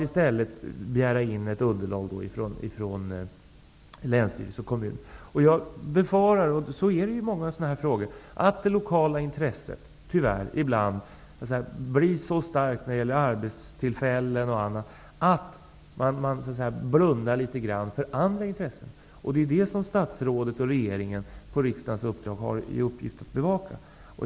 I stället begär man in underlag från länsstyrelse och kommun. Jag befarar att det lokala intresset ibland, tyvärr, blir så starkt -- så är det i många sådana här frågor -- t.ex. när det gäller arbetstillfällen att man blundar litet grand för andra intressen. Det är sådant som statsrådet och regeringen på riksdagens uppdrag har i uppgift att bevaka.